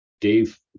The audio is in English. Dave